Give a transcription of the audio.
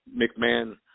McMahon